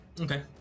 Okay